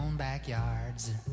Backyards